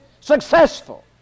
successful